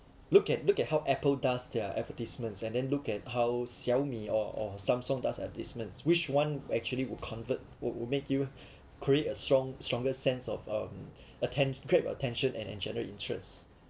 look at look at how Apple does their advertisements and then look at how Xiaomi or or Samsung does advertisements which [one] actually would convert would make you create a strong stronger sense of um atten~ grabbed attention and generate interest